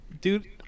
Dude